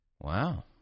Wow